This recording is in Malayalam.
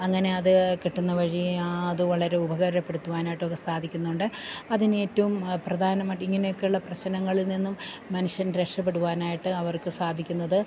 അങ്ങനെ അത് കിട്ടുന്ന വഴി അത് വളരെ ഉപകാരപ്പെടുത്തുവാനായിട്ട് ഒക്കെ സാധിക്കുന്നുണ്ട് അതിന് ഏറ്റവും പ്രധാനമായിട്ട് ഇങ്ങനെയൊക്കെയുള്ള പ്രശ്നങ്ങളിൽ നിന്നും മനുഷ്യൻ രക്ഷപ്പെടുവാനായിട്ട് അവർക്ക് സാധിക്കുന്നത്